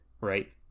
right